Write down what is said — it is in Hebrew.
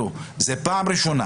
זאת פעם ראשונה